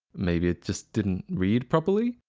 maybe it just didn't read properly?